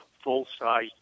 full-size